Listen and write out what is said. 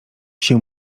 się